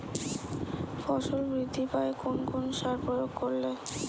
ফসল বৃদ্ধি পায় কোন কোন সার প্রয়োগ করলে?